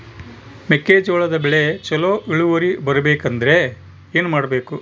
ಮೆಕ್ಕೆಜೋಳದ ಬೆಳೆ ಚೊಲೊ ಇಳುವರಿ ಬರಬೇಕಂದ್ರೆ ಏನು ಮಾಡಬೇಕು?